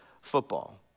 football